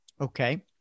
okay